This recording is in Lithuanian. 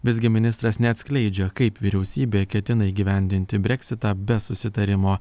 visgi ministras neatskleidžia kaip vyriausybė ketina įgyvendinti breksitą be susitarimo